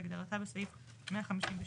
כהגדרתה בסעיף 158טו1,